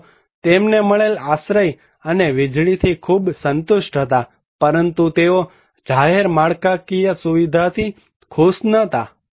લોકો તેમને મળેલ આશ્રય અને વીજળીથી ખૂબ સંતુષ્ટ હતા પરંતુ તેઓ જાહેર માળખાકીય સુવિધાથી ખુશ નહોતા